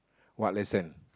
what lesson